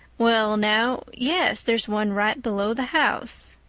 well now, yes, there's one right below the house.